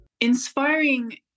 Inspiring